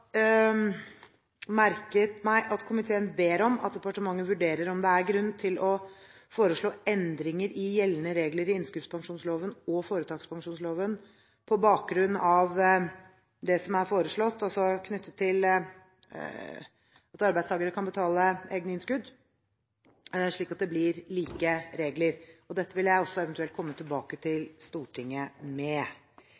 merket meg at komiteen ber om at departementet vurderer om det er grunn til å foreslå endringer i gjeldende regler i innskuddspensjonsloven og foretakspensjonsloven på bakgrunn av det som er foreslått, knyttet til at arbeidstakere kan betale egne innskudd, slik at det blir like regler. Dette vil jeg også eventuelt komme tilbake til